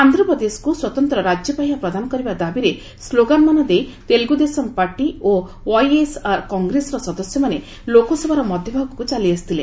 ଆନ୍ଧ୍ରପ୍ରଦେଶକୁ ସ୍ୱତନ୍ତ୍ର ରାଜ୍ୟ ପାହ୍ୟା ପ୍ରଦାନ କରିବା ଦାବିରେ ସ୍କୋଗାନମାନ ଦେଇ ତେଲୁଗୁଦେଶମ ପାର୍ଟି ଓ ଓ୍ୱାଇଏସ୍ଆର୍ କଗ୍ରେସର ସଦସ୍ୟମାନେ ଲୋକସଭାର ମଧ୍ୟଭାଗକୁ ଚାଲିଆସିଥିଲେ